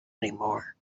anymore